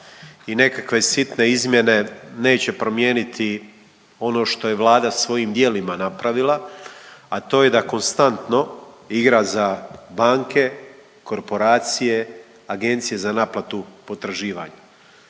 i nekakve sitne izmjene neće promijeniti ono što je Vlada svojim djelima napravila, a to je da konstantno igra za banke, korporacije, agencije za naplatu potraživanja.